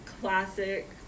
classic